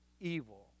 evil